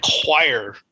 require